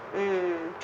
mm